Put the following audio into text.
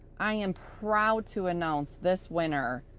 i am proud to announce this winner,